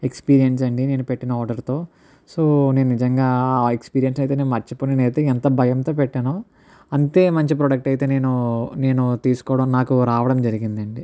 experience అండి నేను పెట్టిన ఆర్డర్తో సో నేను నిజంగా ఆ ఎక్స్పీరియన్స్ అయితే నేను మర్చిపోను నేను అయితే ఎంత భయంతో పెట్టానో అంతే మంచి ప్రోడక్ట్ అయితే నేను నేను తీసుకోవడం నాకు రావడం జరిగింది అండి